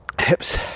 hips